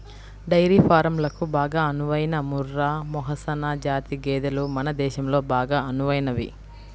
dairy ఫారంలకు బాగా అనువైన ముర్రా, మెహసనా జాతి గేదెలు మన దేశంలో బాగా అనువైనవి